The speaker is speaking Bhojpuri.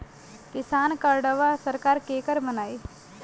किसान कार्डवा सरकार केकर बनाई?